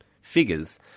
figures